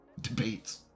debates